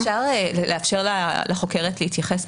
אפשר לאפשר לחוקרת להתייחס?